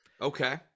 Okay